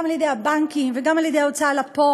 גם על ידי הבנקים וגם על ידי ההוצאה לפועל,